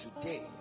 today